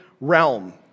realm